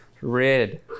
Red